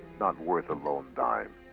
not worth a lone dime.